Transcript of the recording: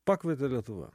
pakvietė lietuva